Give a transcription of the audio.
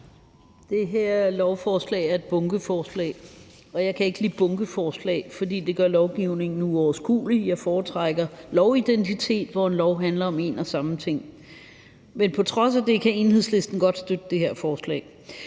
Det her lovforslag er et bunkeforslag, og jeg kan ikke lide bunkeforslag, fordi de gør lovgivningen uoverskuelig. Jeg foretrækker lovidentitet, hvor en lov handler om en og samme ting. Men på trods af det kan Enhedslisten godt støtte det her forslag,